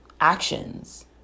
actions